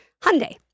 Hyundai